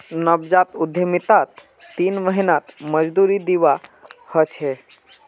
नवजात उद्यमितात तीन महीनात मजदूरी दीवा ह छे